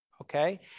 Okay